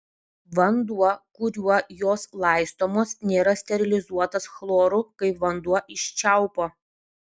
vanduo kuriuo jos laistomos nėra sterilizuotas chloru kaip vanduo iš čiaupo